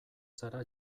zara